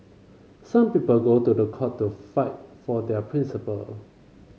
some people go to the court to fight for their principle